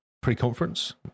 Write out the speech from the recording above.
Pre-conference